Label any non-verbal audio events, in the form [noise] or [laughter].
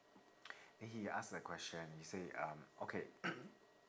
then he ask the question he said um okay [coughs]